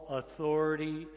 authority